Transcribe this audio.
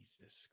Jesus